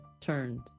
turned